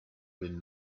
been